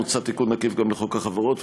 מוצע תיקון עקיף גם לחוק החברות,